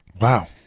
Wow